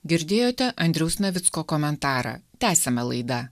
girdėjote andriaus navicko komentarą tęsiame laida